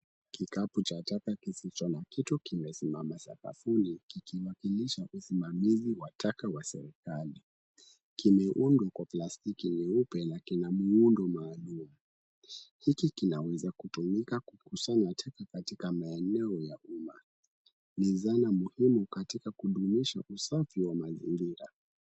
Kikapu cha taka kisicho na kitu kimesimama sakafuni, kikiwakilisha usimamaizi wa taka wa serikali, kimeundwa kwa plastiki nyeupe, na kina muundo maalum. Hiki kinaweza kutumika kukusanya taka katika eneo la umma, ni zana muhimu katika kudumisha usafi wa mazingira.